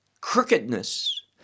crookedness